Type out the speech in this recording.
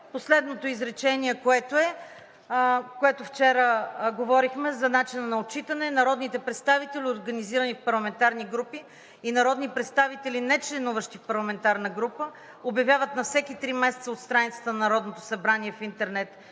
последното изречение, което е, което вчера говорехме за начина на отчитане: „Народните представители, организирани в парламентарни групи, и народни представители, нечленуващи в парламентарна група, обявяват на всеки 3 месеца от страницата на Народното събрание в интернет